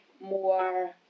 more